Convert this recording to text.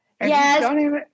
Yes